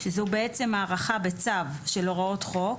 שזו בעצם הארכה בצו של הוראות חוק.